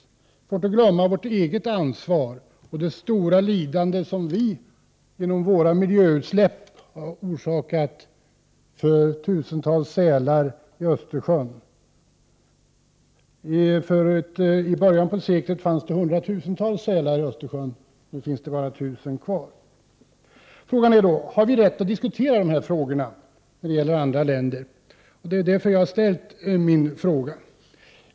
Vi får dock inte glömma vårt eget ansvar och det stora lidande som vi genom våra miljöutsläpp har orsakat för tusentals sälar i Östersjön. I början på seklet fanns det hundratusentals sälar i Östersjön, nu finns det bara 1 000 kvar. Frågan är då om vi har rätt att diskutera dessa frågor när det gäller andra länder. Det är därför jag har ställt min fråga.